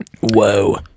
Whoa